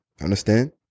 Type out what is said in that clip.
Understand